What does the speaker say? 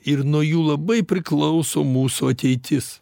ir nuo jų labai priklauso mūsų ateitis